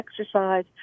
exercise